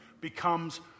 becomes